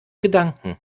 gedanken